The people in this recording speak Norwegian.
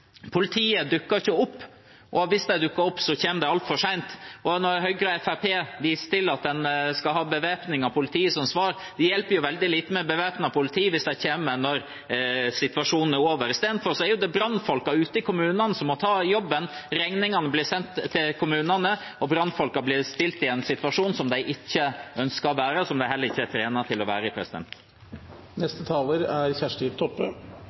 politiet, politiet dukker ikke opp, og hvis de dukker opp, kommer de altfor sent. Høyre og Fremskrittspartiet viser til at en skal ha bevæpning av politiet som svar. Det hjelper jo veldig lite med bevæpnet politi hvis de kommer når situasjonen er over. I stedet er det brannfolk ute i kommunene som må ta jobben. Regningene blir sendt til kommunene, og brannfolk blir stilt i en situasjon de ikke ønsker å være i, og som de heller ikke er trent til å være i. Representanten Kjersti Toppe